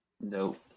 Nope